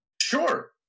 Sure